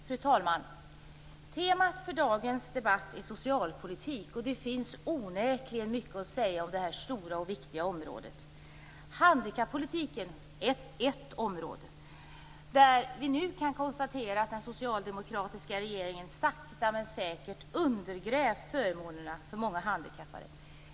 Fru talman! Temat för dagens debatt är socialpolitik. Det finns onekligen mycket att säga om det stora och viktiga området. Handikappolitiken är ett område där vi nu kan konstatera att den socialdemokratiska regeringen sakta men säkert undergrävt förmånerna för många handikappade.